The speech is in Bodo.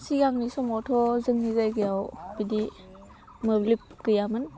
सिगांनि समावथ' जोंनि जायगायाव बिदि मोब्लिब गैयामोन